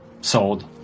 sold